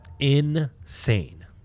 insane